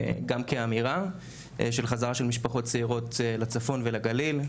גם כאמירה של חזרה של משפחות צעירות לצפון ולגליל,